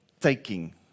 taking